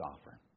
offer